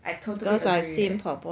I totally agree